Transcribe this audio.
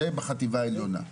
זה בחטיבה העליונה.